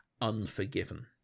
Unforgiven